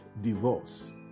divorce